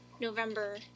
November